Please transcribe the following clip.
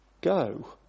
go